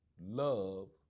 love